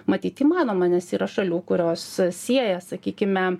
matyt įmanoma nes yra šalių kurios sieja sakykime